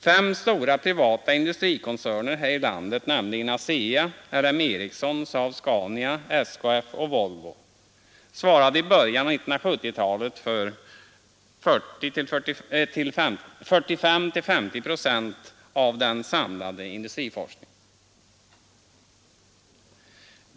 Fem stora privata industrikoncerner här i landet, nämligen ASEA, LM Ericsson, SAAB-Scania, SKF och Volvo, svarade i början av 1970-talet för 45—50 procent av den samlade industriforskningen.